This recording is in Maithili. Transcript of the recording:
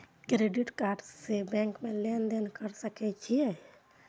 क्रेडिट कार्ड से बैंक में लेन देन कर सके छीये?